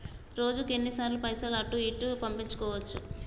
రోజుకు ఎన్ని సార్లు పైసలు అటూ ఇటూ పంపించుకోవచ్చు?